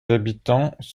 habitants